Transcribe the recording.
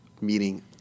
meeting